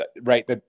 Right